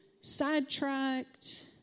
sidetracked